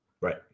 right